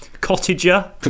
Cottager